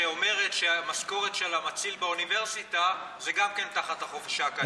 שאומרת שהמשכורת של המציל באוניברסיטה זה גם כן תחת החופש האקדמי.